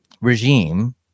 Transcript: regime